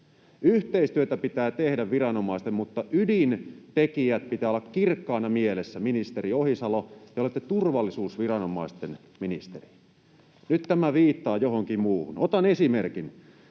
Yhteistyötä pitää tehdä viranomaisten keskenään, mutta ydintekijöiden pitää olla kirkkaana mielessä. Ministeri Ohisalo, te olette turvallisuusviranomaisten ministeri. Nyt tämä viittaa johonkin muuhun. Otan esimerkin: